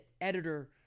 editor